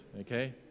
okay